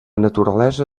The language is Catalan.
naturalesa